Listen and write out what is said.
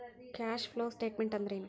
Cash flow statement ಅಂದ್ರೇನು?